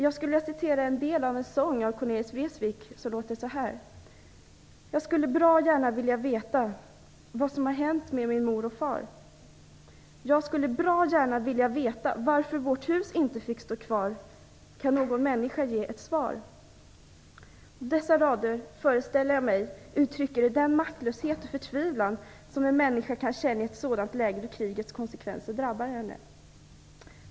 Jag vill citera en del av en sång av Cornelis "Jag skulle bra gärna vilja veta vad som har hänt med min mor och far, jag skulle bra gärna vilja veta varför vårt hus inte fick stå kvar. Kan någon människa ge ett svar?" Dessa rader uttrycker, föreställer jag mig, den maktlöshet och förtvivlan som en människa kan känna i ett sådant läge då krigets konsekvenser drabbar henne.